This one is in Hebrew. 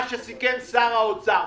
מה שסיכם שר האוצר.